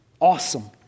Awesome